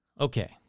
okay